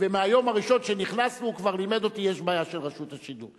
ומהיום הראשון שנכנסנו הוא כבר לימד אותי שיש בעיה של רשות השידור.